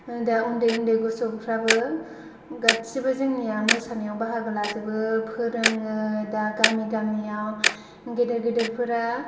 दा उन्दै उन्दै गथ'फ्राबो गासिबो जोंनिया मोसानायाव बाहागो लाजोबो फोरोङो दा गामि गामिआव गेदेर गेदेरफोरा